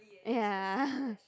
ya